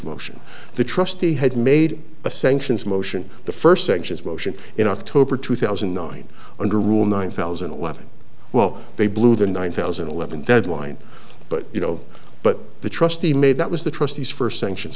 motion the trustee had made a sanctions motion the first sanctions motion in october two thousand and nine under rule nine thousand eleven well they blew the one thousand and eleven deadline but you know but the trustee made that was the trustees first sanctions